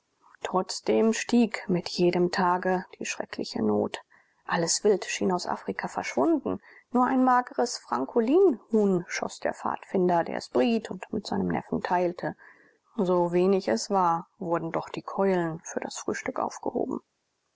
trotzdem stieg mit jedem tage die schreckliche not alles wild schien aus afrika verschwunden nur ein mageres frankolinhuhn schoß der pfadfinder der es briet und mit seinem neffen teilte so wenig es war wurden doch die keulen für das frühstück aufgehoben